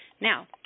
Now